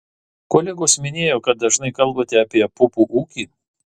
kolegos minėjo kad dažnai kalbate apie pupų ūkį